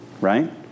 right